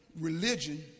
religion